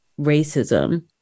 racism